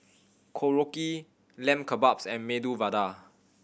Korokke Lamb Kebabs and Medu Vada